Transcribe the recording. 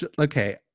okay